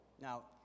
Now